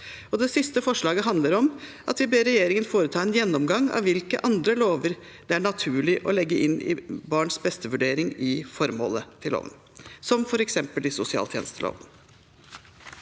Det siste forslaget handler om at vi ber regjeringen foreta en gjennomgang av i hvilke andre lover det er naturlig å legge inn barns-beste-vurdering i formålet, som f.eks. i sosialtjenesteloven.